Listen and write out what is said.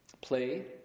play